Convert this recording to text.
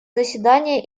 заседания